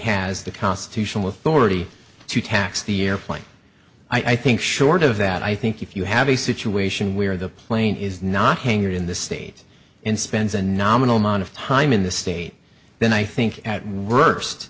has the constitutional authority to tax the airplane i think short of that i think if you have a situation where the plane is not hangar in the state and spends a nominal amount of time in the state then i think at worst